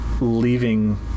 leaving